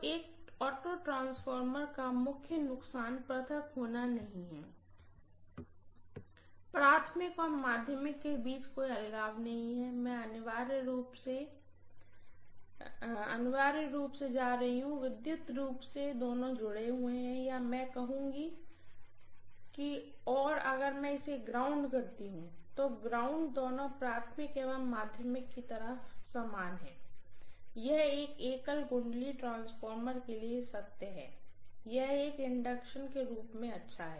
तो एक auto transformer का मुख्य नुकसान पृथक होना नहीं है प्राइमरी और सेकेंडरी के बीच कोई अलगाव नहीं है मैं अनिवार्य रूप से जा रहा हूं विद्युत रूप से दोनों जुड़े हुए हैं या मैं कहूंगा कि और अगर में इसे ग्राउंड कहती हूँ तो ग्राउंड दोनों प्राइमरी और सेकेंडरी की तरफ सामान है यह हर एक सिंगल वाइंडिंग ट्रांसफार्मर के लिए सत्य है यह एक इंडक्शन के रूप में अच्छा है